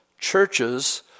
churches